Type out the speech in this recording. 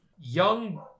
young